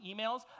emails